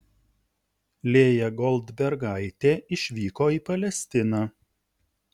lėja goldbergaitė išvyko į palestiną